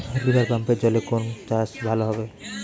রিভারপাম্পের জলে কোন চাষ ভালো হবে?